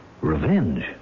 Revenge